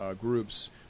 groups